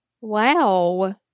Wow